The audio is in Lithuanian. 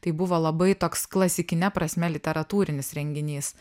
tai buvo labai toks klasikine prasme literatūrinis renginys